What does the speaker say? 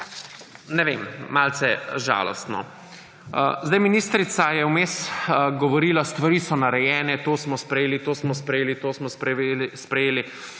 Ne vem, malce žalostno. Ministrica je vmes govorila »stvari so narejene, to smo sprejeli, to smo sprejeli, to smo sprejeli«.